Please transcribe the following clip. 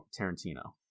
Tarantino